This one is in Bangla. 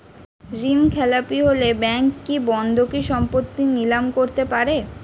ঋণখেলাপি হলে ব্যাঙ্ক কি বন্ধকি সম্পত্তি নিলাম করতে পারে?